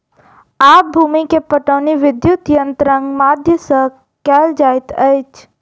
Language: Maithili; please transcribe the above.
आब भूमि के पाटौनी विद्युत यंत्रक माध्यम सॅ कएल जाइत अछि